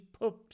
Pups